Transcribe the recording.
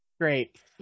Great